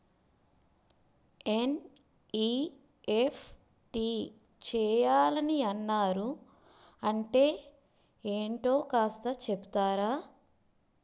NEFT చేయాలని అన్నారు అంటే ఏంటో కాస్త చెపుతారా?